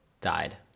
died